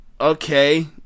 okay